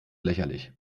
lächerlich